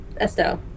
Estelle